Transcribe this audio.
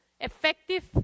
effective